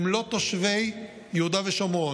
הם לא תושבי יהודה ושומרון.